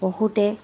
বহুতে